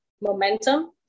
momentum